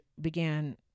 began